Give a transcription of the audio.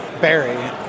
Barry